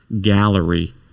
gallery